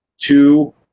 two